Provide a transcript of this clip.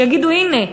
שיגידו: הנה,